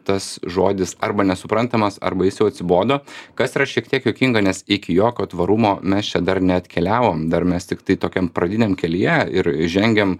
tas žodis arba nesuprantamas arba jis jau atsibodo kas yra šiek tiek juokinga nes iki jokio tvarumo mes čia dar neatkeliavom dar mes tiktai tokiam pradiniam kelyje ir žengiam